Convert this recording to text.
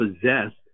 possessed